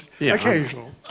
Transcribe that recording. occasional